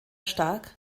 stark